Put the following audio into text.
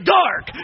dark